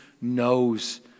knows